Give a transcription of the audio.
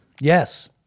Yes